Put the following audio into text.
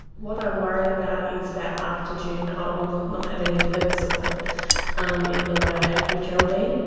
what i'm worried about is that after june and i will not have any further support um in the way i have with geraldine.